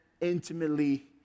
intimately